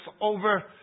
over